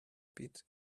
pit